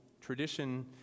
Tradition